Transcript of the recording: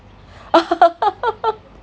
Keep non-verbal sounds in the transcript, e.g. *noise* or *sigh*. *laughs*